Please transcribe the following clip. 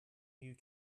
you